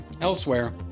Elsewhere